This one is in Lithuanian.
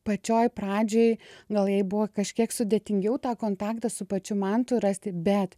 pačioje pradžioj gal jai buvo kažkiek sudėtingiau tą kontaktą su pačiu mantu rasti bet